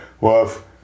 woof